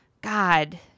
God